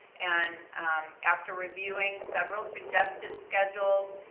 and after reviewing several suggested schedules